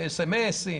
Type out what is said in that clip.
באס אם אסים?